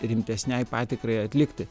rimtesnei patikrai atlikti